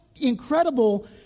incredible